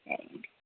సరే అండి